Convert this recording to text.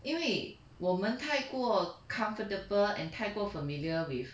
因为我们太过 comfortable and 太过 familiar with